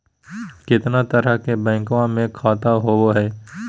कितना तरह के बैंकवा में खाता होव हई?